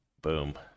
Boom